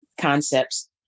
concepts